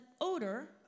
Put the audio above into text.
odor